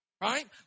right